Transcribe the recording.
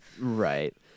Right